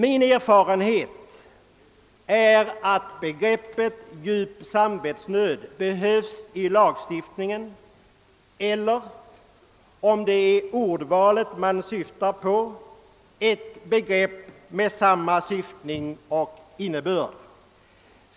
Min erfarenhet är att man i lagstiftningen behöver begreppet »djup samvetsnöd» eller — om det är ordvalet som åsyftas — ett begrepp med samma innebörd.